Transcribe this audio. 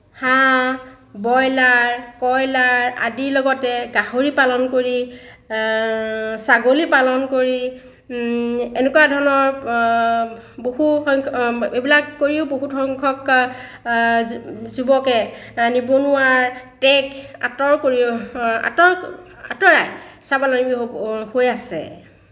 হাঁহ ব্ৰইলাৰ কইলাৰ আদিৰ লগতে গাহৰি পালন কৰি ছাগলী পালন কৰি এনেকুৱা ধৰণৰ বহুসংখ্যক এইবিলাক কৰিও বহুতসংখ্যক যুৱকে নিবনুৱাৰ টেগ আঁতৰ কৰিও আঁতৰ আঁতৰাই স্বাৱলম্বী হৈ আছে